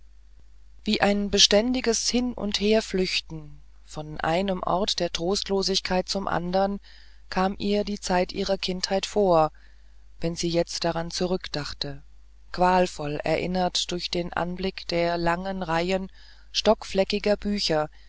wie ein beständiges hin und herflüchten von einem ort der trostlosigkeit zum andern kam ihr die zeit ihrer kindheit vor wenn sie jetzt daran zurückdachte qualvoll erinnert durch den anblick der langen reihe stockfleckiger bücher